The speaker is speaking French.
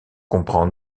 comprend